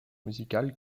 musicale